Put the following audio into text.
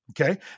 Okay